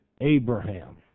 Abraham